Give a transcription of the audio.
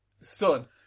Son